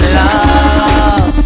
love